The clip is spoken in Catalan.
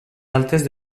altes